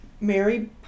Mary